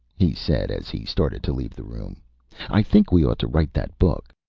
he said, as he started to leave the room i think we ought to write that book.